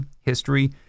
History